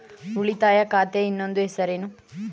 ಉಳಿತಾಯ ಖಾತೆಯ ಇನ್ನೊಂದು ಹೆಸರೇನು?